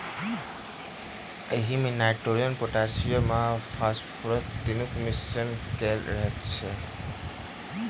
एहिमे nitrogen, potassium आ phosphorus तीनूक मिश्रण कएल रहैत अछि